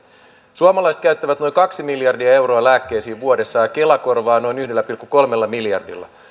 suomalaiset käyttävät noin kaksi miljardia euroa lääkkeisiin vuodessa ja kela korvaa noin yhdellä pilkku kolmella miljardilla